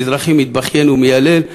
מזרחי מתבכיין ומיילל,